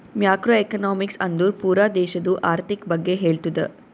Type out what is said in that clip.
macro economics ಅಂದುರ್ ಪೂರಾ ದೇಶದು ಆರ್ಥಿಕ್ ಬಗ್ಗೆ ಹೇಳ್ತುದ